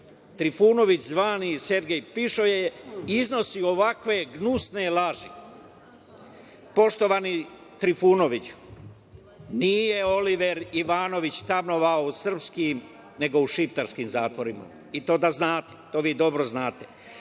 Trifunović, zvani Sergej pišoje, iznosi ovakve gnusne laži? Poštovani Trifunoviću, nije Oliver Ivanović tamnovao u srpskim, nego u šiptarskim zatvorima, i to da znate, to vi dobro znate.